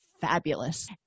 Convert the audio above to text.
fabulous